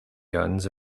guns